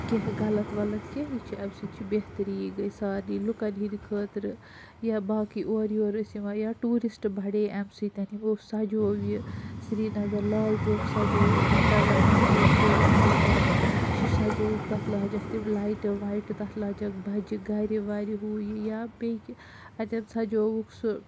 کیٚنٛہہ غلط وَلَط کیٚنٛہہ یہِ چھُ اَمہِ سٍتۍ چھُ بہترٕے گٔیہِ سارنٕے لوٗکَن ہٕنٛدِ خٲطرٕ یا باقٕے اورٕ یور ٲسۍ یِوان یا ٹوٗرِسٹ بَڈییہِ اَمہِ سٍتۍ یِمو سَجوو یہِ سری نَگر لال چوک سَجووُکھ گھنٹا گَر بَنووُکھ بیٚیہِ نَیہِ سَرٕ سُہ سَجووُکھ تَتھ لاجَکھ تِمہِ لایٹہِ وایٹہِ تَتھ لاجَکھ بَجہِ گَرِ وَرِ ہُہ یہِ یا بیٚیہِ کیٚنٛہہ اَتیَن سَجووُکھ سُہ